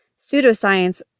Pseudoscience